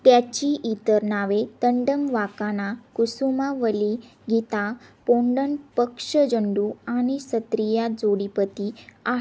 त्याची इतर नावे दंडम वाकाना कुसुमा वालिगीता पोंडन पक्षजंडू आणि सत्रिया जोडीपती आहेत